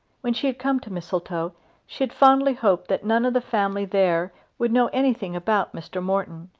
when she had come to mistletoe she had fondly hoped that none of the family there would know anything about mr. morton.